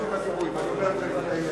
שטרית,